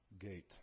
gate